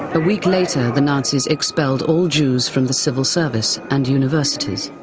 ah week later, the nazis expelled all jews from the civil service and universities.